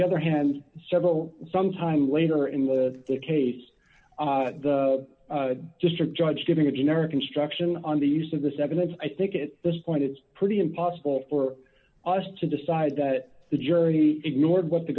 the other hand several sometime later in the case the district judge giving a generic instruction on the use of this evidence i think at this point it's pretty impossible for us to decide that the journey ignored what the